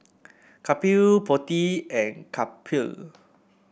Kapil Potti and Kapil